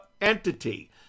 entity